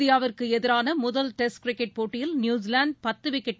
இந்தியாவுக்கு எதிரான முதல் டெஸ்ட் கிரிக்கெட் போட்டியில் நியூசிலாந்து பத்து விக்கெட்